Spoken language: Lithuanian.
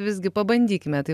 visgi pabandykime tai